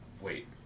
Wait